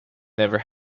never